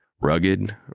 Rugged